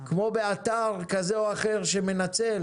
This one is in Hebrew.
כמו באתר כזה או אחר שמנצל